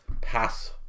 pass